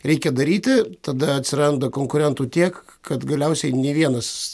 reikia daryti tada atsiranda konkurentų tiek kad galiausiai nė vienas